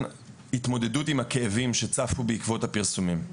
התמודדות עם הכאבים שצפו בעקבות הפרסומים.